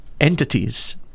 entities